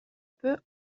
peu